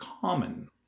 Common